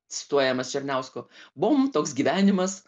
cituojamas černiausku bom toks gyvenimas